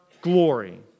glory